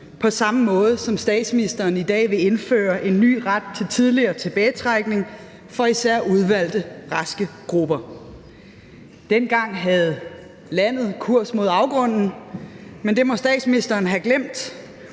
på samme måde, som statsministeren i dag vil indføre en ny ret til tidligere tilbagetrækning for især udvalgte raske grupper. Dengang havde landet kurs mod afgrunden, men det må statsministeren have glemt,